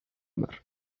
mar